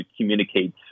communicate